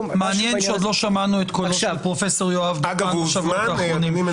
מעניין שעוד לא שמענו את קולו של פרופ' יואב דותן בשבועות האחרונים.